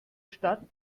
stadt